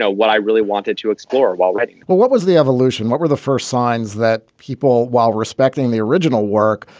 so what i really wanted to explore while writing well, what was the evolution? what were the first signs that people, while respecting the original work,